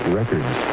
records